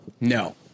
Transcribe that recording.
No